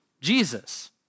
Jesus